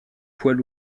poids